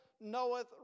knoweth